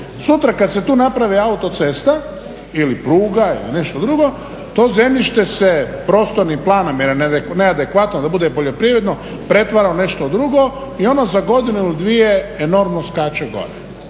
Sutra kad se tu napravi autocesta ili pruga ili nešto drugo, to zemljište se prostornim planom jer je neadekvatno da bude poljoprivredno pretvara u nešto drugo i ono za godinu ili dvije enormno skače gore.